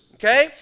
Okay